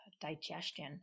digestion